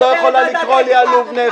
אתה לא יכולה לקרוא לי עלוב נפש.